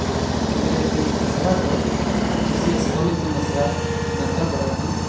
ᱟᱞᱮ ᱤᱛᱩᱱ ᱟᱥᱲᱟ ᱫᱚ ᱴᱤ ᱥᱤ ᱮᱥ ᱚᱞ ᱤᱛᱩᱱ ᱟᱥᱲᱟ